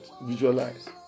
visualize